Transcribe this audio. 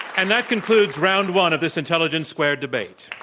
and that concludes round one of this intelligence squared debate.